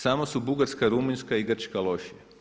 Samo su Bugarska, Rumunjska i Grčka lošije.